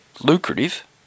lucrative